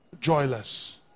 joyless